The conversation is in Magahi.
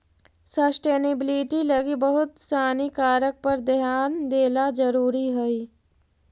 सस्टेनेबिलिटी लगी बहुत सानी कारक पर ध्यान देला जरुरी हई